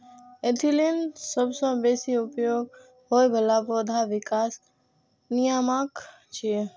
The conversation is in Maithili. एथिलीन सबसं बेसी उपयोग होइ बला पौधा विकास नियामक छियै